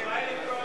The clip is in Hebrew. מי נגד?